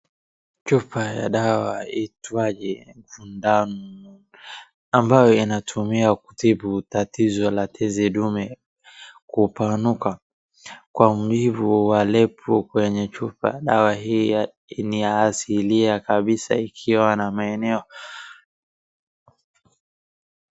Chupa ya dawa itwaye Gjhdatun ambaye inatumiwa kutibu tatizo la tezi ndume kupanuka. Kwa mujibu wa label kwenye chupa dawa hii ni ya asilia kabisa ikiwa na maeneo.